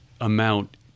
amount